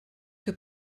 que